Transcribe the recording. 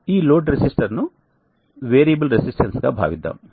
ఈ load resistor ను variable రెసిస్టెన్స్గా భావిద్దాం